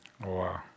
Wow